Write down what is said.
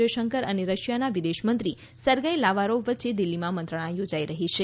જયશંકર અને રશિયાના વિદેશમંત્રી સેર્ગેઈ લાવારોવ વચ્ચે દિલ્હીમાં મંત્રણા યોજાઇ રહી છે